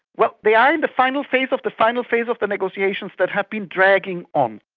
well, they are in the final phase of the final phase of the negotiations that have been dragging on,